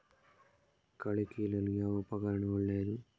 ಕಳೆ ಕೀಳಲು ಯಾವ ಉಪಕರಣ ಒಳ್ಳೆಯದು?